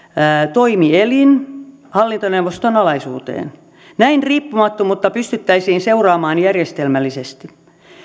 toimi elin hallintoneuvoston alaisuuteen näin riippumattomuutta pystyttäisiin seuraamaan järjestelmällisesti